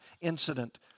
incident